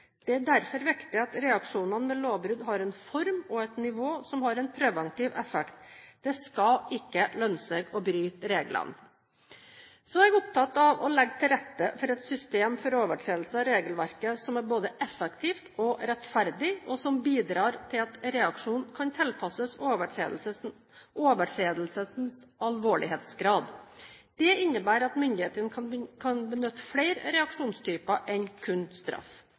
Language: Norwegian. Det er derfor viktig at reaksjonene ved lovbrudd har en form og et nivå som har en preventiv effekt – det skal ikke lønne seg å bryte reglene. Så er jeg opptatt av å legge til rette for et system for overtredelser av regelverket som er både effektivt og rettferdig, og som bidrar til at reaksjonen kan tilpasses overtredelsens alvorlighetsgrad. Det innebærer at myndighetene kan benytte flere reaksjonstyper enn kun straff.